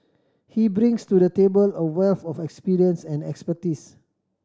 he brings to the table a wealth of experience and expertise